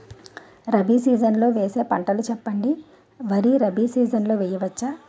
Rabi season లో వేసే పంటలు చెప్పండి? వరి రబీ సీజన్ లో వేయ వచ్చా?